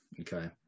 Okay